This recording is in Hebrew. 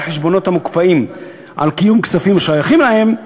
החשבונות המוקפאים על קיום כספים השייכים להם,